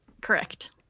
Correct